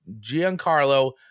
Giancarlo